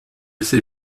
ces